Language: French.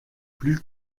plus